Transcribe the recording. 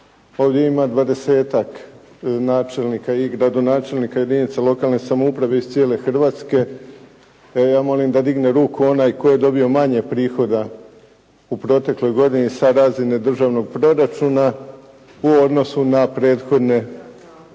dvadesetak načelnika i gradonačelnika jedinica lokalne samouprave iz cijele Hrvatske, pa ja molim da digne ruku onaj koji je dobio manje prihoda u protekloj godini sa razine državnog proračuna u odnosu na prethodne godine.